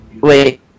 wait